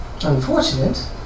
Unfortunate